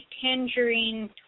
tangerine